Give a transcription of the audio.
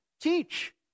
teach